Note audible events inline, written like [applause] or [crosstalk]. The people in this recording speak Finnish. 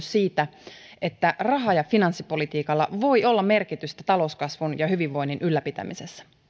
[unintelligible] siitä että raha ja finanssipolitiikalla voi olla merkitystä talouskasvun ja hyvinvoinnin ylläpitämisessä